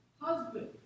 husband